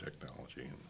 technology